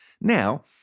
Now